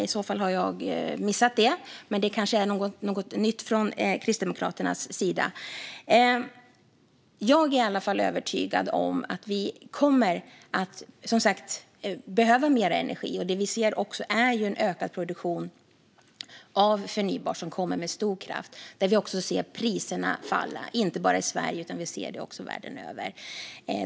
I så fall har jag missat det, men det kanske är något nytt från Kristdemokraternas sida. Jag är i alla fall övertygad om att vi kommer att behöva mer energi, och vi ser en ökad produktion av förnybart, som kommer med stor kraft. Där ser vi också priserna falla, inte bara i Sverige utan världen över.